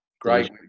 Great